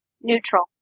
neutral